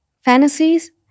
fantasies